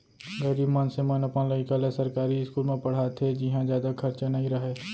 गरीब मनसे मन अपन लइका ल सरकारी इस्कूल म पड़हाथे जिंहा जादा खरचा नइ रहय